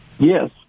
Yes